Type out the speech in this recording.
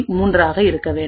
3 ஆக இருக்க வேண்டும்